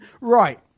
right